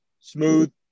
smooth